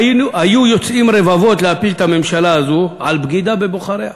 היו יוצאים רבבות להפיל את הממשלה הזאת על בגידה בבוחריה.